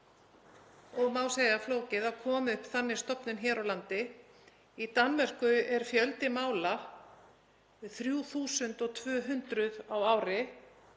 og má segja flókið að koma upp þannig stofnun hér á landi. Í Danmörku er fjöldi mála um 3.200 á ári